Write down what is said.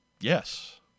Yes